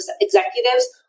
executives